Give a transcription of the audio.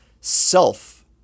self